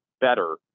better